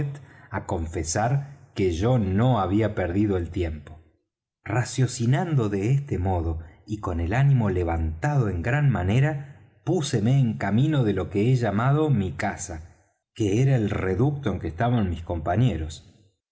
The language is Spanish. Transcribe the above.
á confesar que no había yo perdido el tiempo raciocinando de este modo y con el ánimo levantado en gran manera púseme en camino de lo que he llamado mi casa que era el reducto en que estaban mis compañeros